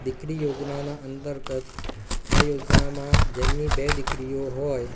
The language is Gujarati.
દીકરી યોજનાના અંતર્ગત આ યોજનામાં જેમની બે દીકરીઓ હોય